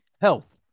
health